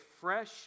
fresh